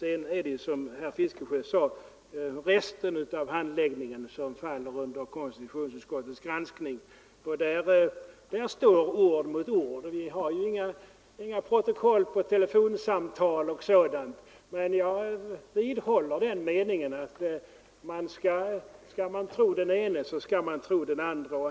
Sedan är det, som herr Fiskesjö sade, resten, handlandet från kanslihusets sida, som faller under konstitutionsutskottets granskning, och där står ord mot ord. Vi har inga protokoll på telefonsamtal och sådant, men jag vidhåller att skall man tro den ene så skall man också tro den andre.